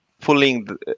pulling